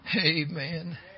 Amen